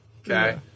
Okay